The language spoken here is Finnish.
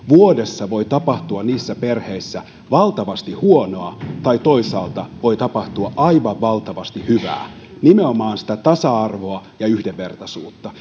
vuodessa voi tapahtua niissä perheissä valtavasti huonoa tai toisaalta voi tapahtua aivan valtavasti hyvää nimenomaan sitä tasa arvoa ja yhdenvertaisuutta